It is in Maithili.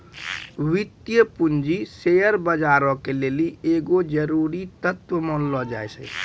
वित्तीय पूंजी शेयर बजारो के लेली एगो जरुरी तत्व मानलो जाय छै